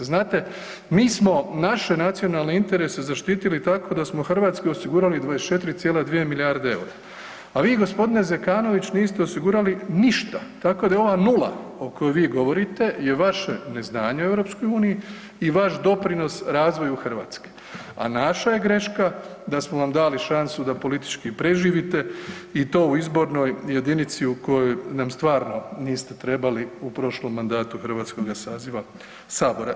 Znate mi smo naše nacionalne interese zaštitili tako da smo Hrvatskoj osigurali 24,2 milijarde EUR-a, a vi gospodine Zekanović niste osigurali ništa tako da je ova nula o kojoj vi govorite je vaše neznanje o EU i vaš doprinos razvoju Hrvatske, a naša je greška da smo vam dali šansu da politički preživite i to u izbornoj jedinici u kojoj nam stvarno niste trebali u prošlom mandatu hrvatskoga saziva sabora.